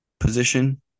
Position